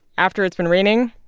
after it's been raining,